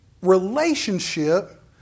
relationship